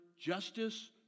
justice